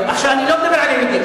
לא, עכשיו אני לא מדבר על היהודים.